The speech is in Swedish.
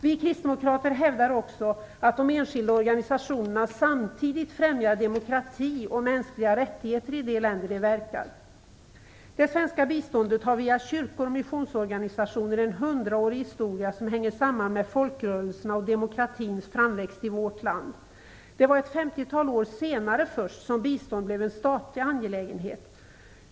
Vi kristdemokrater hävdar också att de enskilda organisationerna samtidigt främjar demokrati och mänskliga rättigheter i de länder där de verkar. Det svenska biståndet har via kyrkor och missionsorganisationer en hundraårig historia som hänger samman med folkrörelsernas och demokratins framväxt i vårt land. Det var först ett femtiotal år senare som bistånd blev en statlig angelägenhet.